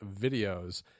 videos